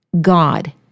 God